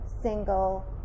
single